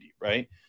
right